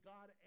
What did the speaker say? God